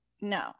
No